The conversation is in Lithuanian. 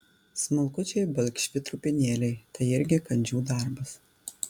smulkučiai balkšvi trupinėliai tai irgi kandžių darbas